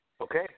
Okay